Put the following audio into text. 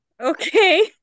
okay